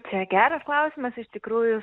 čia geras klausimas iš tikrųjų